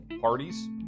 parties